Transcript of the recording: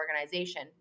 organization